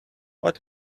what